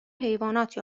حیوانات